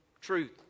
truth